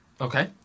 Okay